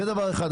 זה דבר אחד.